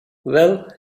well